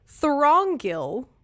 Throngil